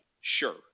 Sure